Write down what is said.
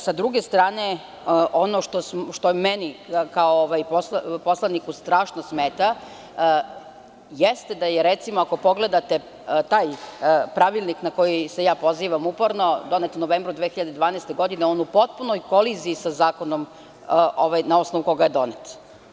S druge strane, ono što meni kao poslaniku strašno smeta jeste da je, recimo, ako pogledate taj pravilnik na koji se pozivam uporno, donet u novembru 2012. godine, on u potpunoj koliziji sa zakonom na osnovu kojeg je donet.